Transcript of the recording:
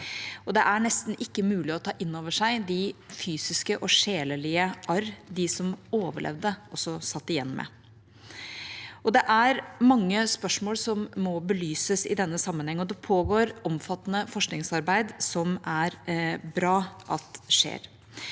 Det er nesten ikke mulig å ta inn over seg de fysiske og sjelelige arr de som overlevde satt igjen med. Det er mange spørsmål som må belyses i denne sammenhengen, og det pågår omfattende forskningsarbeid, noe som er bra at skjer.